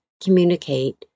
communicate